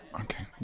Okay